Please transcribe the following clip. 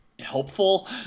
helpful